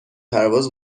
پرواز